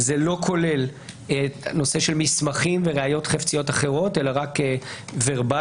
זה לא כולל נושא של מסמכים וראיות חפציות אחרות אלא רק וורבלי.